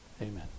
Amen